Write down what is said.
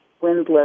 windless